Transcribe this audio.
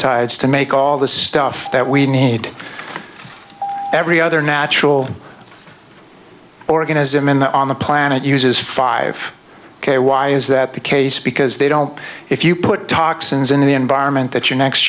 tides to make all the stuff that we need every other natural organism in the on the planet uses five k why is that the case because they don't if you put toxins in the environment that your next